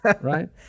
right